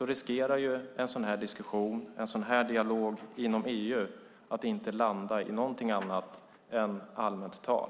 riskerar en sådan här diskussion, en sådan här dialog inom EU, att inte landa i någonting annat än allmänt tal.